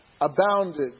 abounded